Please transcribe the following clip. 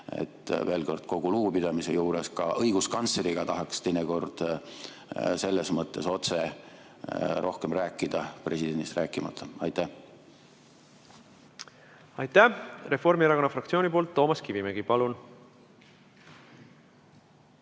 Veel kord, kogu lugupidamise juures, ka õiguskantsleriga tahaks teinekord selles mõttes otse rohkem rääkida, presidendist rääkimata. Aitäh! Aitäh! Reformierakonna fraktsiooni nimel Toomas Kivimägi, palun!